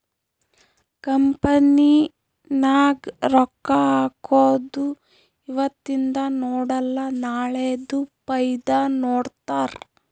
company ನಾಗ್ ರೊಕ್ಕಾ ಹಾಕೊರು ಇವತಿಂದ್ ನೋಡಲ ನಾಳೆದು ಫೈದಾ ನೋಡ್ತಾರ್